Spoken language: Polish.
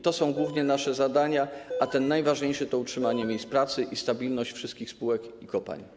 To są główne nasze zadania, a to najważniejsze to utrzymanie miejsc pracy i stabilność wszystkich spółek i kopalń.